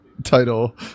Title